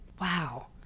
Wow